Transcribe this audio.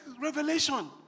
revelation